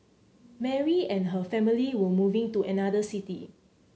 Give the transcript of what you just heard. Mary and her family were moving to another city